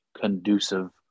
conducive